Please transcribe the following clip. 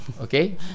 okay